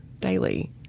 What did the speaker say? daily